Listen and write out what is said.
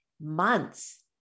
months